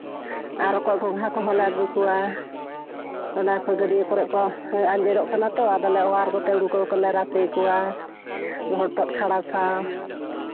ᱟᱨ ᱨᱚᱠᱚᱡ ᱜᱚᱸᱜᱷᱟ ᱠᱚᱦᱚᱸ ᱞᱮ ᱟᱹᱜᱩ ᱠᱚᱣᱟ ᱚᱱᱟ ᱠᱚ ᱜᱟᱹᱰᱭᱟᱹ ᱠᱚᱨᱮᱫ ᱟᱸᱡᱮᱫᱚᱜ ᱠᱟᱱᱟ ᱛᱚ ᱟᱫᱚᱞᱮ ᱚᱣᱟᱨ ᱠᱚᱛᱮ ᱩᱱᱠᱩ ᱠᱚᱞᱮ ᱨᱟᱥᱮ ᱠᱚᱣᱟ ᱦᱚᱛᱚᱜ ᱠᱷᱟᱲᱟ ᱥᱟᱶ